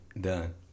done